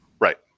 Right